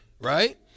Right